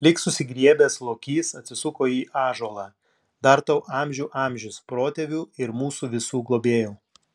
lyg susigriebęs lokys atsisuko į ąžuolą dar tau amžių amžius protėvių ir mūsų visų globėjau